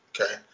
okay